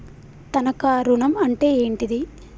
తనఖా ఋణం అంటే ఏంటిది?